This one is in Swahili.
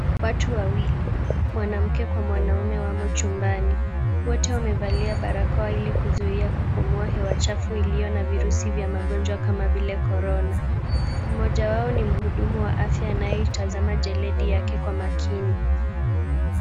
Watu wawili, mwanamke kwa mwanaume wamo chumbani. Wote wamevalia barakoa ili kuzuia kupumua hewa chafu iliyo na virusi vya magonjwa kama vile korona. Mmoja wao ni mhudumu wa afya anayetazama jeledi yake kwa makini.